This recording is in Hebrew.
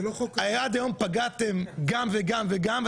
עד היום פגעתם גם וגם וגם,